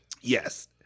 Yes